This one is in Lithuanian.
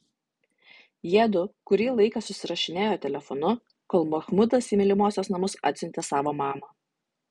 jiedu kurį laiką susirašinėjo telefonu kol mahmudas į mylimosios namus atsiuntė savo mamą